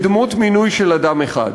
בדמות מינוי של אדם אחד.